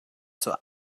zur